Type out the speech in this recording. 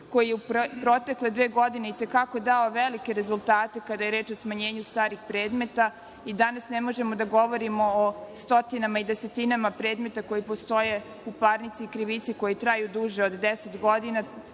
koji je u protekle dve godine i te kako dao velike rezultate kada je reč o smanjenju starih predmeta i danas ne možemo da govorimo o stotinama i desetinama predmeta koji postoje u parnici i krivici koji traju duže od 10 godina.